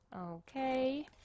Okay